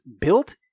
built